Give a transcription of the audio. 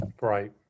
Right